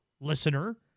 listener